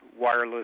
wireless